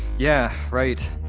yeah, right.